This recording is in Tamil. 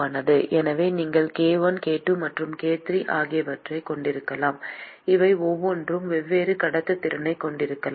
எனவே நீங்கள் k1 k2 மற்றும் k3 ஆகியவற்றைக் கொண்டிருக்கலாம் இவை ஒவ்வொன்றும் வெவ்வேறு கடத்துத்திறன்களைக் கொண்டிருக்கலாம்